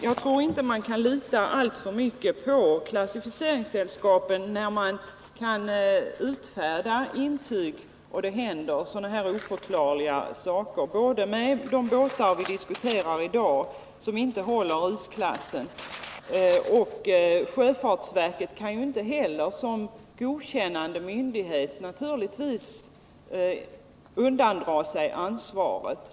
Jag tror inte att man kan lita alltför mycket på klassificeringssällskapen, då de kan utfärda intyg för fartyg som det händer sådana här oförklarliga saker med. Det gäller också de båtar som vi diskuterar i dag och som inte håller isklassen. Sjöfartsverket kan naturligtvis inte heller som godkännande myndighet undandra sig ansvaret.